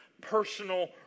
personal